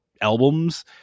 albums